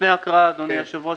לפני ההקראה, אדוני היושב-ראש,